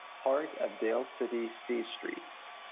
part of dale city c streets.